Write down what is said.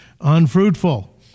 unfruitful